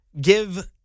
give